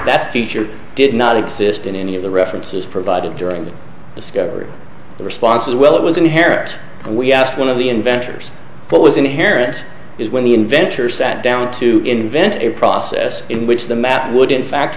that feature did not exist in any of the references provided during the discovery the response is well it was inherent when we asked one of the inventors what was inherent is when the inventor sat down to invent a process in which the map would in fact